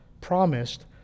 promised